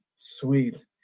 Sweet